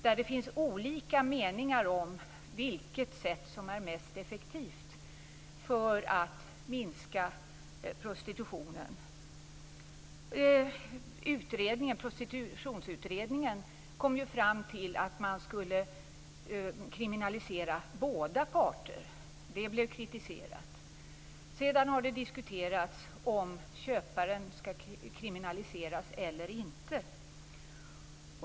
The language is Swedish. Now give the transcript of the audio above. Det finns olika meningar om vilket sätt som är mest effektivt för att minska prostitutionen. Prostitutionsutredningen kom fram till att man skulle kriminalisera båda parter. Det blev kritiserat. Sedan har det diskuterats om köparen skall kriminaliseras eller inte.